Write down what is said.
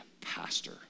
pastor